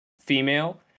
female